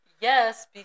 Yes